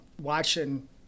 watching